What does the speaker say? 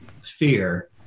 fear